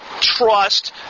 trust